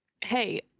hey